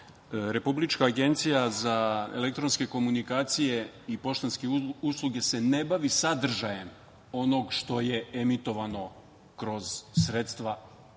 Republička agencija za elektronske komunikacije i poštanske usluge se ne bavi sadržajem onog što je emitovano kroz sredstva